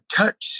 touch